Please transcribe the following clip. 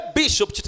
bishop